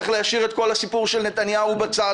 צריך להשאיר עכשיו את כל הסיפור של נתניהו בצד.